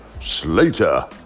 Slater